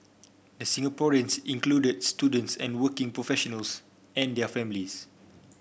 the Singaporeans included students and working professionals and their families